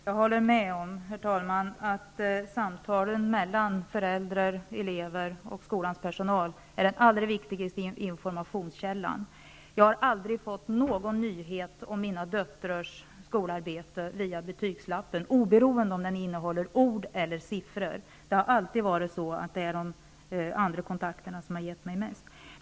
Herr talman! Jag håller med om att samtalen mellan föräldrar, elever och skolans personal är den allra viktigaste informationskällan. Jag har aldrig tagit del av någon nyhet om mina döttrars skolarbete via betygslappen, oberoende av om den har innehållit ord eller siffror. Det har alltid varit de andra kontakterna som har gett mig mest.